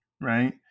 right